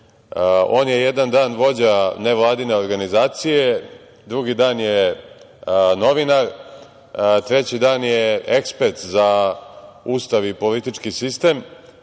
On je jedan dan vođa nevladine organizacije, drugi dan je novinar, treći dan je ekspert za Ustav i politički sistem,